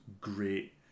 great